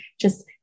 just-